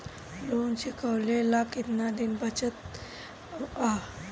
Loan चुकावे ला कितना दिन बचल बा?